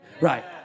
Right